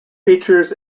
features